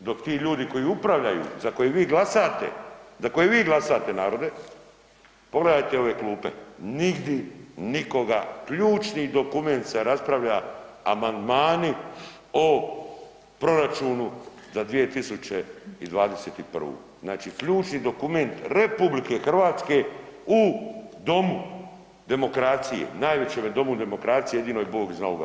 dok ti ljudi koji upravljaju, za koje vi glasate, za koje vi glasate narode, pogledajte ove klupe nigdi, nikoga, ključni dokument se raspravlja, amandmani o proračunu za 2021., znači ključni dokument RH u domu demokraciju, najvećem domu demokracije, jedino je Bog iznad ovoga.